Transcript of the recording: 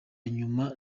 nyuma